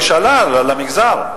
היא שאלה על המגזר.